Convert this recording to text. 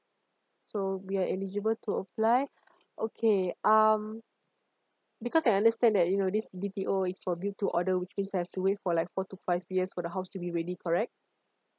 so we are eligible to apply okay um because I understand that you know this B_T_O is for built to order which means I've to wait for like four to five years for the house to be ready correct